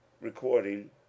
Recording